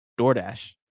DoorDash